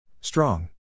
Strong